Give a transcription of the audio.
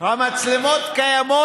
המצלמות כבר קיימות.